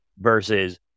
versus